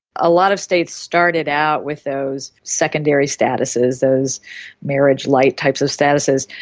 a lot of states started out with those secondary statuses, those marriage lite types of statuses.